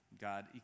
God